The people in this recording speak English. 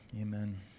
Amen